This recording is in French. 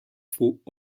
faut